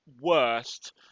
worst